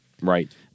Right